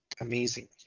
amazing